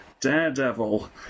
Daredevil